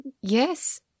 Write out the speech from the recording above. Yes